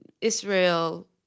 israel